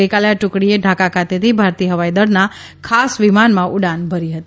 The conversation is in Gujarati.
ગઇકાલે આ ટુકડીએ ઢાકા ખાતેથી ભારતીય હવાઈ દળના ખાસ વિમાનમાં ઉડાન ભરી હતી